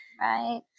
Right